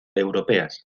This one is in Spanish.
europeas